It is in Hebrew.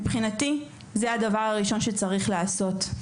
מבחינתי, זה הדבר הראשון שצריך לעשות.